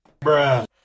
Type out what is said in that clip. Bruh